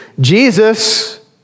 Jesus